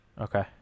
Okay